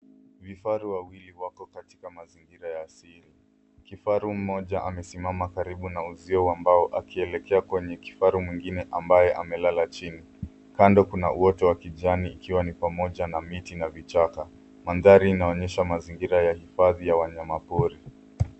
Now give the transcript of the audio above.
Vifaru wawili wako katika mazingira ya asili. Kifaru mmoja amesimama karibu na uzio wa mbao akielekea kwenye kifaru mwingine ambaye amelala chini. Kando kuna uoto wa kijani ikiwa ni pamoja na miti na vichaka. Mandhari inaonyesha mazingira ya hifadhi ya wanyamapori.